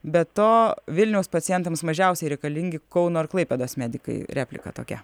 be to vilniaus pacientams mažiausiai reikalingi kauno ir klaipėdos medikai replika tokia